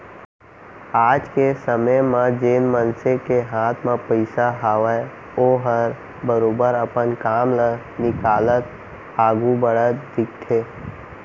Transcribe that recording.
आज के समे म जेन मनसे के हाथ म पइसा हावय ओहर बरोबर अपन काम ल निकालत आघू बढ़त दिखथे